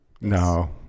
No